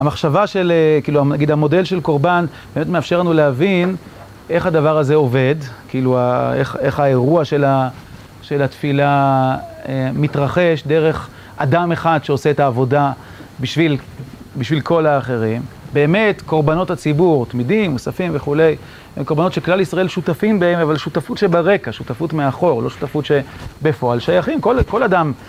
המחשבה של, נגיד המודל של קורבן באמת מאפשר לנו להבין איך הדבר הזה עובד, כאילו איך האירוע של התפילה מתרחש דרך אדם אחד שעושה את העבודה בשביל, בשביל כל האחרים. באמת קורבנות הציבור, תמידים, מוספים וכולי, הן קורבנות שכלל ישראל שותפים בהם, אבל שותפות שברקע, שותפות מאחור, לא שותפות שבפועל שייכים. כל אדם...